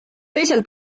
teisel